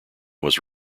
was